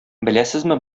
беләсезме